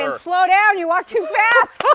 ah slow down, you walk too fast.